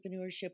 entrepreneurship